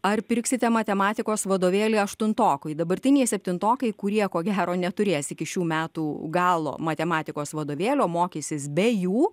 ar pirksite matematikos vadovėlį aštuntokui dabartiniai septintokai kurie ko gero neturės iki šių metų galo matematikos vadovėlio mokysis be jų